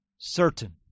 Certain